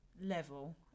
level